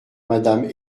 madame